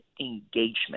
engagement